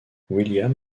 william